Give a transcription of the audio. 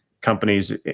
companies